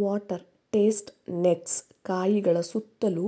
water chestnuts ಕಾಯಿಗಳ ಸುತ್ತಲೂ